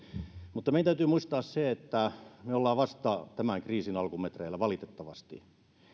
mutta meidän täytyy muistaa se että me olemme vasta tämän kriisin alkumetreillä valitettavasti